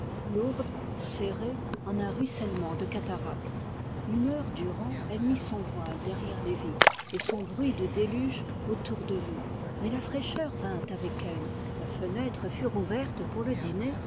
lourde serrée en un ruissellement de cataracte une heure durant elle mit son voile derrière les vitres et son bruit de déluge autour de nous mais la fraîcheur vint avec elle la fenêtre fut rouverte pour le dîner